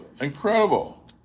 Incredible